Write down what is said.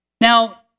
Now